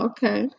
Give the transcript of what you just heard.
Okay